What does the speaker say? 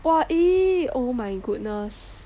!wah! eh oh my goodness